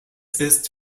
ist